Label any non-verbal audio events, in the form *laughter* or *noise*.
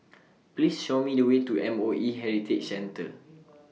*noise* Please Show Me The Way to M O E Heritage Centre